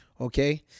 Okay